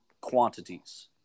quantities